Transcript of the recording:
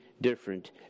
different